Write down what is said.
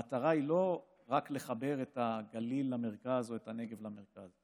המטרה היא לא רק לחבר את הגליל למרכז או את הנגב למרכז.